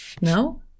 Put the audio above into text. No